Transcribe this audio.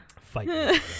Fight